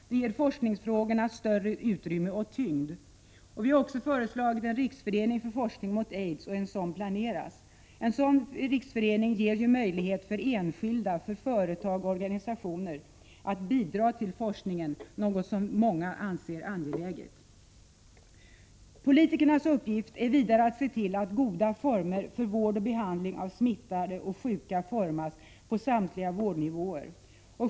Det ger forskningsfrågorna större utrymme och tyngd. Vi har också föreslagit en riksförening för forskning mot aids, och en sådan planeras. En sådan riksförening ger möjlighet för enskilda, företag och organisationer att bidra till forskningen, något som många anser vara angeläget. Vidare är det politikernas uppgift att se till att goda former för vård och behandling av smittade och sjuka åstadkommes på samtliga vårdnivåer.